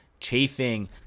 Chafing